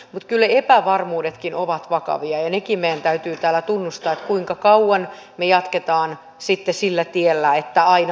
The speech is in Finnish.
mutta kyllä epävarmuudetkin ovat vakavia ja nekin meidän täytyy täällä tunnustaa ja se kuinka kauan me jatkamme sitten sillä tiellä että aina pääomitetaan